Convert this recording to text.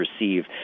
receive